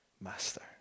master